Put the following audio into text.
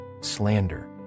slander